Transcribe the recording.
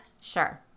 Sure